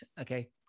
okay